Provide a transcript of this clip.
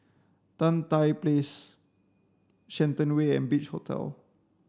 Tan Tye Place Shenton Way and Beach Hotel